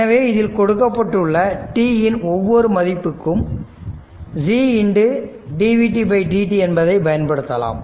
எனவே இதில் கொடுக்கப்பட்டுள்ள t இன் ஒவ்வொரு மதிப்புக்கும் Cdvdt என்பதை பயன்படுத்தலாம்